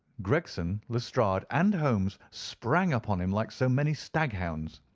gregson, lestrade, and holmes sprang upon him like so many staghounds.